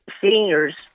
seniors